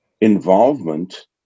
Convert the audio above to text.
involvement